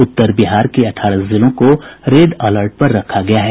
उत्तर बिहार के अठारह जिलों को रेड अलर्ट पर रखा गया है